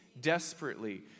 desperately